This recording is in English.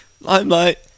Limelight